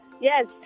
Yes